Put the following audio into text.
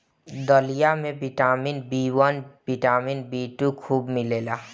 दलिया में vitamin B one, vitamin B two खूब मिलेला